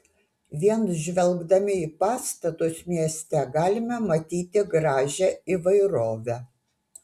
vien žvelgdami į pastatus mieste galime matyti gražią įvairovę